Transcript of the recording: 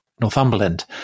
Northumberland